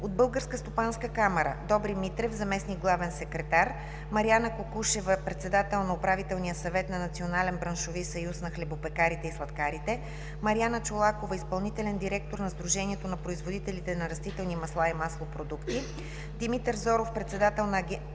от Българската стопанска камара: Добри Митрев – заместник главен секретар; Марияна Кукушева – председател на Управителния съвет на Национален браншови съюз на хлебопекарите и сладкарите; Марияна Чолакова – изпълнителен директор на Сдружението на производителите на растителни масла и маслопродукти; Димитър Зоров – председател на Асоциацията